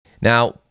Now